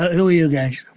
who are you guys?